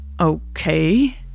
Okay